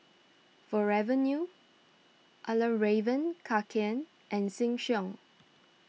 Forever New Fjallraven Kanken and Sheng Siong